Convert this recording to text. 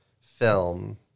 film